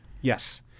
Yes